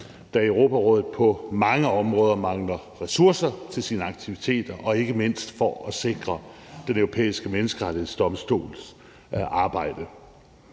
da Europarådet på mange områder mangler ressourcer til sine aktiviteter og ikke mindst for at sikre Den Europæiske Menneskerettighedsdomstols arbejde.